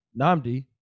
Namdi